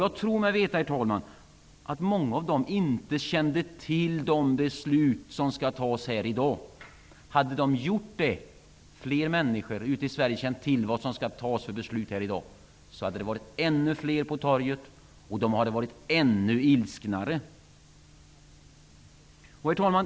Jag tror mig veta att många av dem inte kände till de beslut som riksdagen ämnar ta i dag. Hade fler människor i Sverige känt till vilka beslut som skall fattas här i dag hade det varit ännu fler på torget, och de hade varit ännu ilsknare. Herr talman!